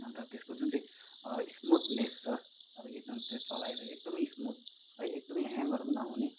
अन्त त्यसको जुन चाहिँ स्मुथनेस छ अब एकदम त्यो चलाएर एकदमै स्मुथ है एकदमै ह्याङहरू पनि नहुने